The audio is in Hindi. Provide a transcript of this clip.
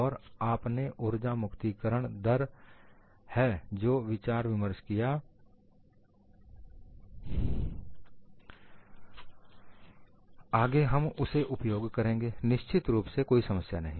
और आपने उर्जा मुक्तिकरण दर पर जो विचार विमर्श किया आगे हम उसे उपयोग करेंगे निश्चित रूप से कोई समस्या नहीं